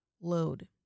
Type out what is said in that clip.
Load